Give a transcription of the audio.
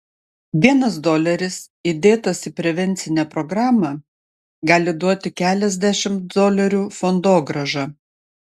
vienas doleris įdėtas į prevencinę programą gali duoti keliasdešimt dolerių fondogrąžą